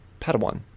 Padawan